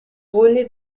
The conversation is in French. rené